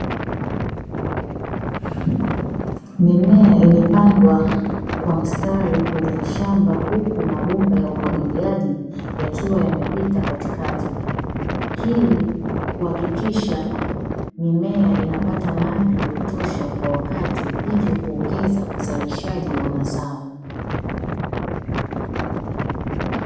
Mimea imepandwa kwa mstari kwenye shamba, huku mabomba ya umwagiliaji yakiwa yamepita katikati ili kuhakikisha mimea inapata maji ya kutosha kwa wakati, hivyo kuongeza uzalishaji wa mazao.